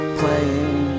playing